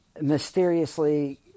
mysteriously